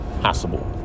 possible